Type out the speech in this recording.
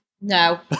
No